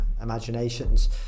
imaginations